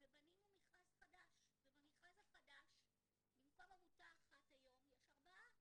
ובנינו מכרז חדש ובמכרז החדש במקום עמותה אחת היום יש ארבעה